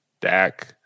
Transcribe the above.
Dak